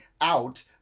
out